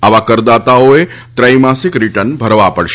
આવા કરદાતાઓએ ત્રૈમાસિક રિટર્ન ભરવા પડશે